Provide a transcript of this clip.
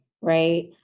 right